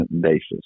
basis